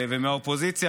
ומהאופוזיציה,